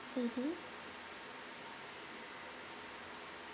mmhmm